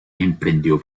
emprendió